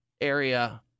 area